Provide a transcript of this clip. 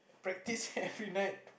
practice every night